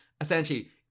essentially